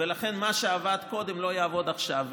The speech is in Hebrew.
ולכן מה שעבד קודם לא יעבוד עכשיו.